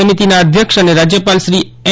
સમિતિના અધ્યક્ષ અને રાજ્યપાલ શ્રી એન